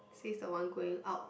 she is the one going out